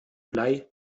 blei